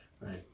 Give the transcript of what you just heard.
Right